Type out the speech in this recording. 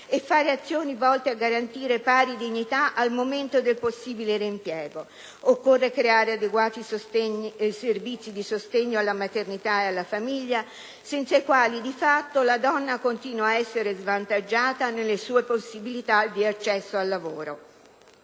essere azioni volte a garantire pari dignità al momento del possibile reimpiego; occorre creare adeguati servizi di sostegno alla maternità ed alla famiglia, senza i quali, di fatto, la donna continua ad essere svantaggiata nelle sue possibilità di accesso al lavoro;